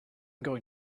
going